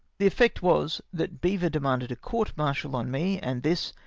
the effect was, that beaver demanded a court-martial on me, and this,